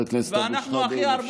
ואנחנו הכי הרבה,